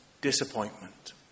disappointment